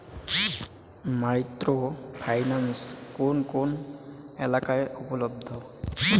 Micro finance কোন কোন এলাকায় উপলব্ধ?